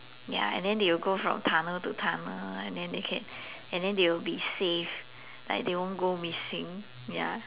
ya and then they will go from tunnel to tunnel and then they can and then they will be safe like they won't go missing ya